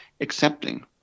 accepting